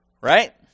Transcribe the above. right